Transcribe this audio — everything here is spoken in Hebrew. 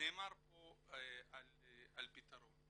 נאמר פה על פתרון.